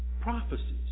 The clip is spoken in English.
prophecies